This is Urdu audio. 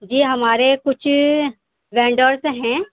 جی ہمارے کچھ رینڈورس ہیں